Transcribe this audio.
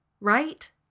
Right